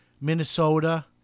Minnesota